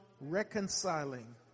Reconciling